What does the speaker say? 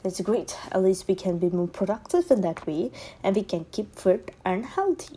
it's a great at least we can be more productive and that way and we can keep fit and healthy